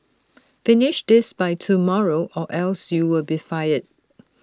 finish this by tomorrow or else you'll be fired